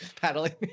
paddling